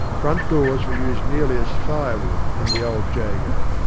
front doors were used merely as firewood in the old jago,